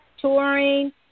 touring